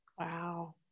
Wow